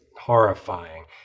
horrifying